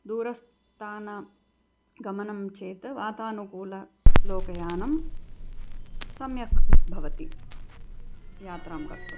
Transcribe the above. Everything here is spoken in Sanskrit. दूरस्थानं गमनं चेत् वातानुकूलं लोकयानं सम्यक् भवति यात्रां कर्तुम्